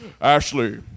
Ashley